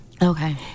Okay